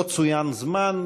לא צוין זמן,